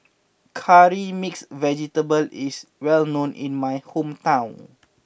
Curry Mixed Vegetable is well known in my hometown